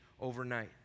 overnight